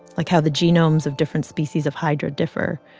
like how the genomes of different species of hydra differ.